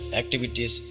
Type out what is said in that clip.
activities